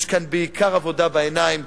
יש כאן בעיקר עבודה בעיניים,